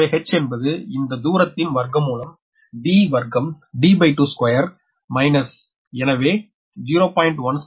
எனவே h என்பது இந்த தூரத்தின் வர்க்கமூலம் d வர்க்கம் d22 மைனஸ் எனவே 0